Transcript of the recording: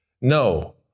No